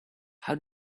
how